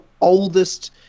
oldest